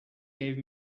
gave